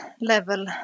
level